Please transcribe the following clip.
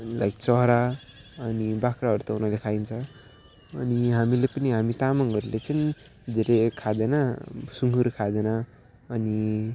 like चरा अनि बाख्राहरू त उनीहरूले खाइन्छ अनि हामीले पनि हामी तामाङहरूले चाहिँ धेरै खाँदैन सुँगुर खाँदैन अनि